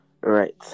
Right